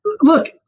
Look